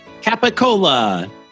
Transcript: Capicola